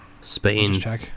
Spain